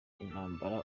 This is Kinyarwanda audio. intambara